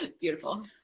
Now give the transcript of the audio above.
beautiful